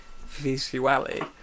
Visually